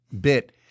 bit